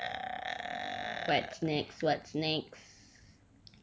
ya what's next what's next